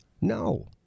No